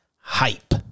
hype